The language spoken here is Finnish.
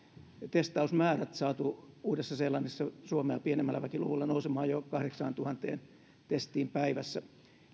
testausmäärät oli saatu uudessa seelannissa suomea pienemmällä väkiluvulla nousemaan jo kahdeksaantuhanteen testiin päivässä